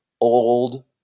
old